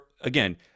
again